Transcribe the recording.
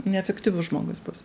neefektyvus žmogus bus